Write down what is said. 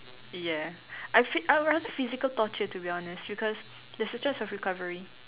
yeah I fee~ I would rather physical torture to be honest because there's a chance of recovery